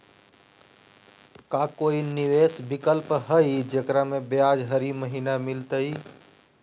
का कोई निवेस विकल्प हई, जेकरा में ब्याज हरी महीने मिलतई?